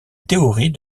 théorie